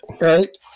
Right